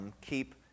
keep